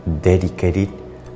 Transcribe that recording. dedicated